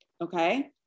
okay